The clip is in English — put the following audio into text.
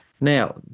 Now